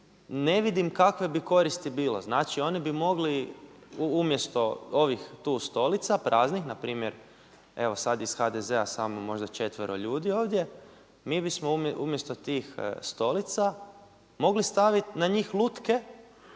ne vidim kakve bi koristi bilo. Znači oni bi mogli umjesto ovih tu stolica, praznih, npr. evo sada iz HDZ-a samo možda četvero ljudi ovdje, mi bismo umjesto tih stolica mogli staviti na njih lutke